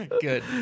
Good